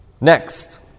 Next